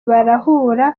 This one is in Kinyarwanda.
barahura